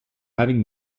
having